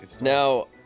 Now